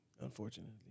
unfortunately